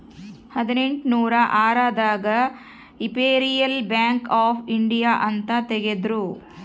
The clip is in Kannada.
ಹದಿನೆಂಟನೂರ ಆರ್ ದಾಗ ಇಂಪೆರಿಯಲ್ ಬ್ಯಾಂಕ್ ಆಫ್ ಇಂಡಿಯಾ ಅಂತ ತೇಗದ್ರೂ